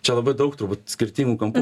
čia labai daug turbūt skirtingų kampų